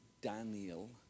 Daniel